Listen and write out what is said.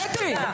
קטי.